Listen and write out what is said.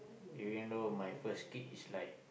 even though my first kid is like